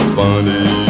funny